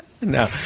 No